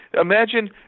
Imagine